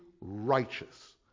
righteous